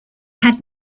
had